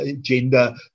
gender